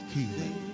Healing